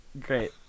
Great